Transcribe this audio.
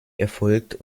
erfolgt